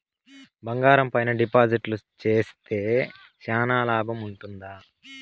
బంగారం పైన డిపాజిట్లు సేస్తే చానా లాభం ఉంటుందా?